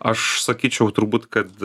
aš sakyčiau turbūt kad